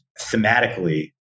thematically